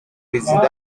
président